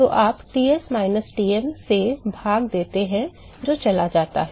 तो आप Ts minus Tm से भाग देते हैं जो चला जाता है